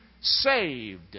saved